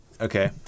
Okay